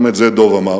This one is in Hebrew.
גם את זה דב אמר,